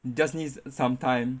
just needs some time